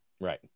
Right